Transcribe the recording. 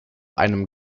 einem